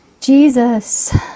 Jesus